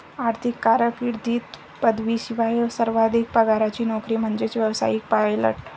आर्थिक कारकीर्दीत पदवीशिवाय सर्वाधिक पगाराची नोकरी म्हणजे व्यावसायिक पायलट